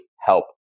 help